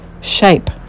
shape